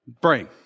bring